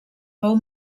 fou